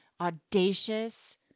audacious